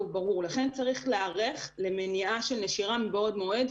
צריך להיערך למניעה של נשירה מבעוד מועד,